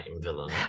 villain